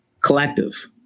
Collective